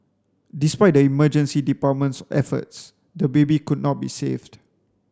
despite the emergency department's efforts the baby could not be saved